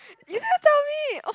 you never tell me